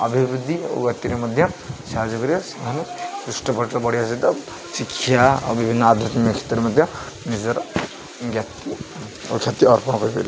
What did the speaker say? ଅଭିବୃଦ୍ଧି ଓ ମଧ୍ୟ ସାହାଯ୍ୟରେ ସେମାନେ ବଢ଼ିବା ସହିତ ଶିକ୍ଷା ଆଉ ବିଭିନ୍ନ ଆଧ୍ୟାତ୍ମିକ କ୍ଷେତ୍ରରେ ମଧ୍ୟ ନିଜର ଓ ଖ୍ୟାତି ଅର୍ପଣ କରିପାରିବେ